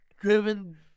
driven